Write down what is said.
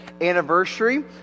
anniversary